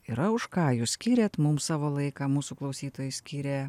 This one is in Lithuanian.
yra už ką jūs skyrėt mums savo laiką mūsų klausytojai skyrė mums